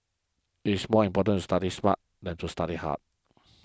it is more important to study smart than to study hard